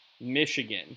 michigan